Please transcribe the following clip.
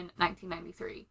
1993